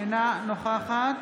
אינה נוכחת